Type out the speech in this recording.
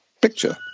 picture